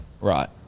Right